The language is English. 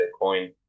Bitcoin